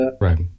Right